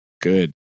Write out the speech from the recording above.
good